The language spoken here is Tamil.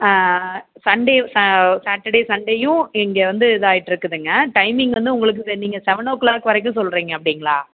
சண்டே ச சாட்டர்டே சண்டேயும் இங்கே வந்து இதாயிட்டுருக்குதுங்க டைமிங் வந்து உங்களுக்கு சே நீங்கள் செவன் ஓ கிளாக் வரைக்கும் சொல்லுறீங்க அப்படிங்களா